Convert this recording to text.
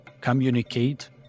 communicate